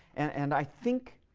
and i think